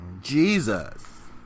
Jesus